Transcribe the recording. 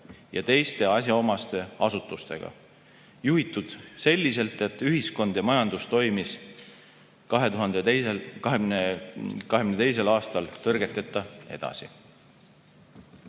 ja teiste asjaomaste asutustega – juhitud selliselt, et ühiskond ja majandus toimis 2022. aastal tõrgeteta edasi.